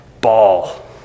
Ball